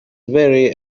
very